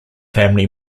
family